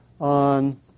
on